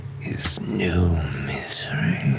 is new misery.